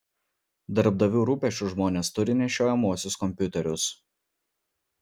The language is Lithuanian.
darbdavių rūpesčiu žmonės turi nešiojamuosius kompiuterius